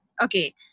Okay